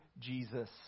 Jesus